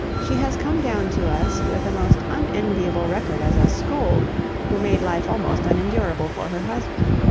she has come down to us with a most unenviable record as a scold who made life almost unendurable for her husband.